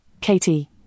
Katie